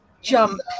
jump